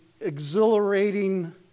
exhilarating